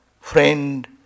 friend